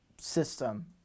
system